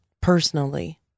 personally